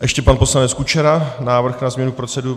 Ještě pan poslanec Kučera návrh na změnu procedury.